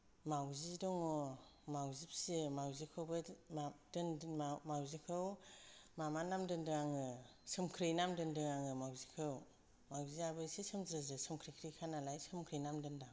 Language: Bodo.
माउजि दङ माउजि फिसियो माउजिखौबो मा दोनदों माउजिखौ माबा नाम दोनदों आङो सोमख्रै नाम दोनदों आङो माउजिखौ माउियाबो इसे सोमज्रोज्रो सोमख्रैख्रेखा नालाय सोमख्रै नाम दोनदों आं